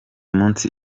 munsi